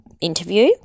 interview